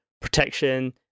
protection